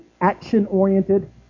action-oriented